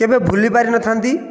କେବେ ଭୁଲି ପାରିନଥାନ୍ତି